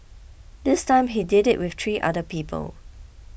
this time he did it with three other people